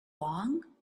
along